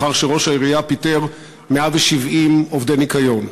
לאחר שראש העירייה פיטר 170 עובדי ניקיון.